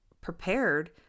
prepared